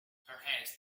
perhaps